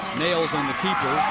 nails on the keeper.